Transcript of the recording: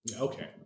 Okay